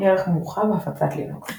ערך מורחב – הפצת לינוקס